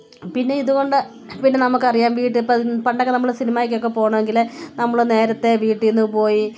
പിന്നെ ഇതുകൊണ്ട് പിന്നെ നമുക്ക് അറിയാം വീട്ടിൽ ഇപ്പം പണ്ടൊക്കെ നമ്മൾ സിനിമായ്ക്കൊക്കെ പോകണമെങ്കിൽ നമ്മൾ നേരത്തെ വീട്ടിന്ന് പോയി